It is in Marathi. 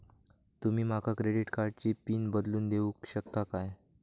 तुमी माका क्रेडिट कार्डची पिन बदलून देऊक शकता काय?